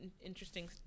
interesting